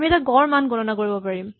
আমি এটা গড় মান গণনা কৰিব পাৰিম